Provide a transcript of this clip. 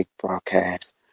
Broadcast